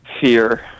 fear